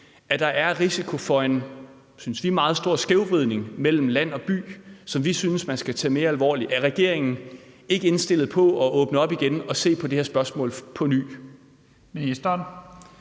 at der er risiko for en meget stor skævvridning mellem land og by, som vi synes man skal tage mere alvorligt? Er regeringen ikke indstillet på at åbne op igen og se på det her spørgsmål på ny?